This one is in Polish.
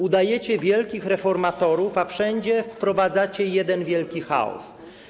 Udajecie wielkich reformatorów, a wszędzie wprowadzacie jeden wielki chaos.